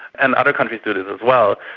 and other countries did it as well,